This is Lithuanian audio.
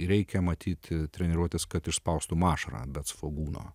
reikia matyti treniruotes kad išspaustum ašarą be svogūno